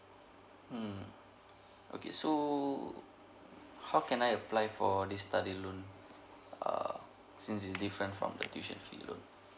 mm okay so how can I apply for this study loan err since is different from the tuition fee loan